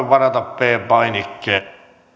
varata p painikkeella